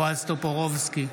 בועז טופורובסקי,